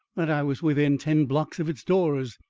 that i was within ten blocks of its doors.